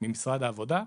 ממשרד העבודה,